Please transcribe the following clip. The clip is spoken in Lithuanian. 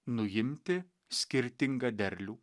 nuimti skirtingą derlių